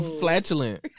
flatulent